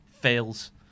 fails